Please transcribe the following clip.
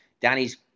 Danny's